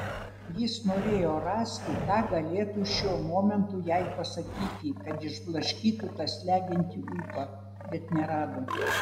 jis norėjo rasti ką galėtų šiuo momentu jai pasakyti kad išblaškytų tą slegiantį ūpą bet nerado